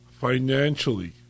financially